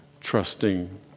trusting